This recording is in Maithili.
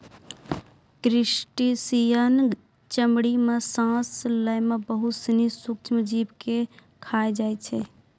क्रेस्टिसियन चमड़ी सें सांस लै में बहुत सिनी सूक्ष्म जीव के खाय जाय छै